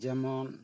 ᱡᱮᱢᱚᱱ